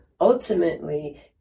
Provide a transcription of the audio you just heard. ultimately